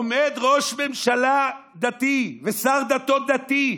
עומד ראש ממשלה דתי, ושר דתות דתי,